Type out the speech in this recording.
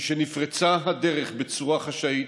משנפרצה הדרך בצורה חשאית,